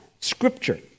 Scripture